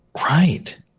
Right